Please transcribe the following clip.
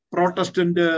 Protestant